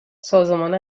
سازمان